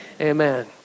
Amen